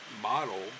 model